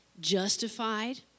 justified